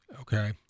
okay